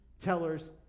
tellers